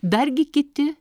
dargi kiti